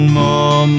more